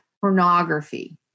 pornography